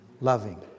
loving